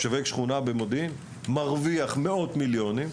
כשהוא משווק שכונה במודיעין הוא מרוויח מאות מיליוני שקלים.